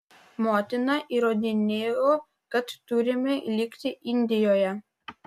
motina įrodinėjo kad turime likti indijoje